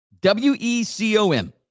W-E-C-O-M